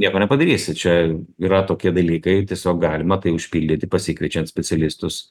nieko nepadarysi čia yra tokie dalykai tiesiog galima tai užpildyti pasikviečiant specialistus